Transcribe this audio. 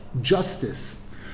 justice